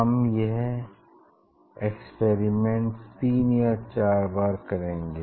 हम यह एक्सपेरिमेंट 3 या 4 बार करेंगे